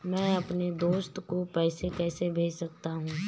मैं अपने दोस्त को पैसे कैसे भेज सकता हूँ?